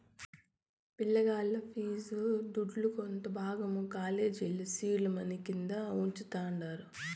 పిలగాల్ల ఫీజు దుడ్డుల కొంత భాగం కాలేజీల సీడ్ మనీ కింద వుంచతండారు